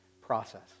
process